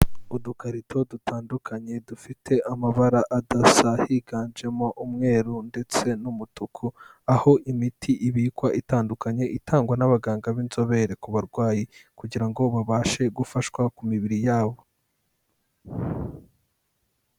Udukarito dutandukanye dufite amabara adasa, higanjemo umweru ndetse n'umutuku, aho imiti ibikwa itandukanye, itangwa n'abaganga b'inzobere ku barwayi, kugira ngo babashe gufashwa ku mibiri yabo.